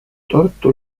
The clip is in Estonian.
tartu